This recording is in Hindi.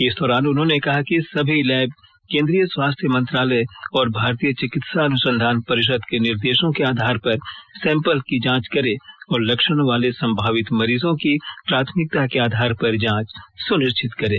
इस दौरान उन्होंने कहा कि सभी लैब केंद्रीय स्वास्थ्य मंत्रालय और भारतीय चिकित्सा अनुसंधान परिषद के निर्देशों के आधार पर सैंपल की जांच करें और लक्षण वाले संभावित मरीजों की प्राथमिकता के आधार पर जांच सुनिश्चित करें